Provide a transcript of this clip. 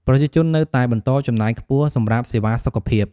ប្រជាជននៅតែបន្តចំណាយខ្ពស់សម្រាប់សេវាសុខភាព។